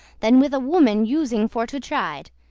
than with a woman using for to chide.